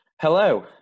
Hello